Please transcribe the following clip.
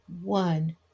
one